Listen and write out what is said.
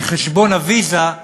כי חשבון ה"ויזה"